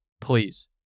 please